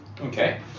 Okay